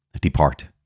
depart